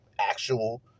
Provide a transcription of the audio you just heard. actual